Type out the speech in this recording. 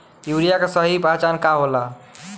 Urea के सही पहचान का होला?